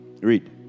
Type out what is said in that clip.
Read